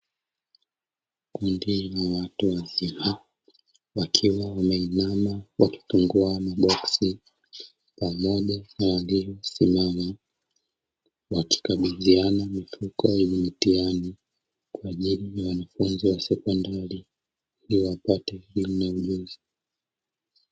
Kundi la watu wazima wakiwa wameinama wakifungua maboksi pamoja na waliyosimama, wakikabidhiana mifuko yenye mitihani kwa ajili ya wanafunzi wa sekondari ili wapate elimu na ujuzi.